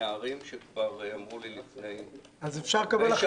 מהנערים שכבר אמרו לי לפני הרבה שנים,